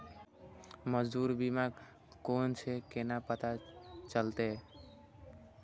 मौजूद बीमा कोन छे केना पता चलते?